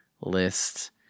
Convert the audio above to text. list